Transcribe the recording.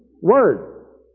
word